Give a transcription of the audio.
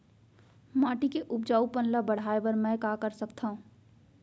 माटी के उपजाऊपन ल बढ़ाय बर मैं का कर सकथव?